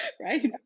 Right